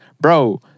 bro